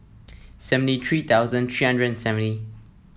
seventy three thousand three hundred and seventy